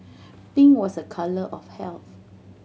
pink was a colour of health